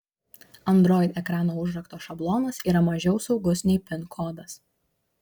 android ekrano užrakto šablonas yra mažiau saugus nei pin kodas